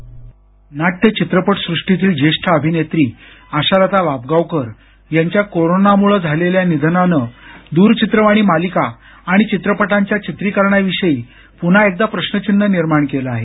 script नाट्य चित्रपट सृष्टीतील ज्येष्ठ अभिनेत्री आशालता वाबगावकर यांच्या कोरोनामुळं झालेल्या निधनानं दूरचित्रवाणी मालिका आणि चित्रपटांच्या चित्रीकरणाविषयी पुन्हा एकदा प्रश्नचिन्ह निर्माण केलं आहे